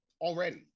already